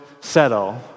settle